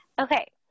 Okay